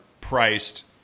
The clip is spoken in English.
priced